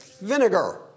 vinegar